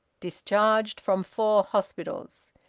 discharged from four hospitals.